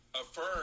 affirm